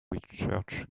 research